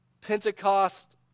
Pentecost